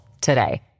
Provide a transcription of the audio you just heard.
today